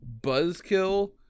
Buzzkill